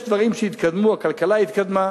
יש דברים שהתקדמו, הכלכלה התקדמה,